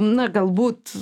na galbūt